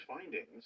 findings